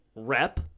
rep